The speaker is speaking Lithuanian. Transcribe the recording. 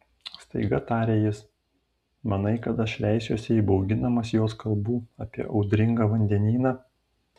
staiga tarė jis manai kad aš leisiuosi įbauginamas jos kalbų apie audringą vandenyną